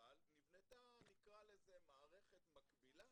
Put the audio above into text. אבל נבנתה במקביל מערכת מקבילה